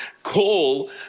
Call